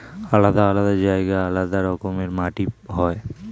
আলাদা আলাদা জায়গায় আলাদা রকমের মাটি হয়